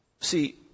See